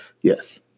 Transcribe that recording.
Yes